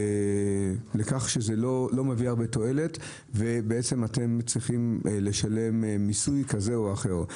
לכך שזה לא מביא הרבה תועלת ומטילים מיסוי כזה או אחר.